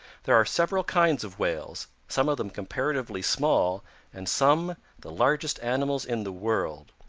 there are several kinds of whales, some of them comparatively small and some the largest animals in the world,